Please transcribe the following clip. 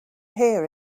here